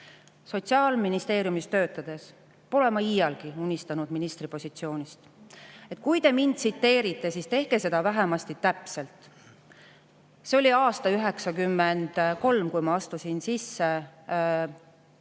Sotsiaalministeeriumis töötades pole ma iialgi unistanud ministripositsioonist. Kui te mind tsiteerite, siis tehke seda vähemasti täpselt. See oli aasta 1993, kui ma astusin Tallinna Ülikooli